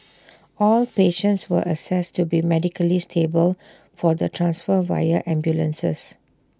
all patients were assessed to be medically stable for the transfer via ambulances